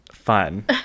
fun